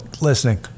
listening